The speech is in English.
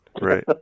Right